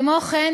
כמו כן,